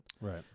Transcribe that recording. right